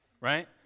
right